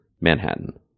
Manhattan